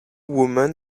women